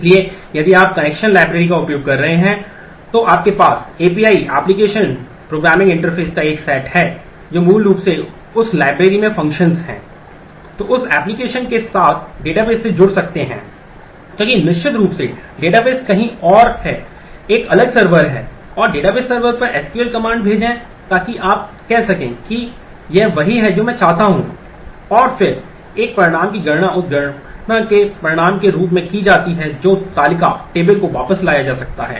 इसलिए यदि आप कनेक्शन लाइब्रेरी का उपयोग कर रहे हैं तो आपके पास एपीआई में वापस लाया जा सकता है